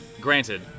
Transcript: granted